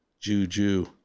Juju